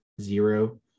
zero